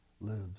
lives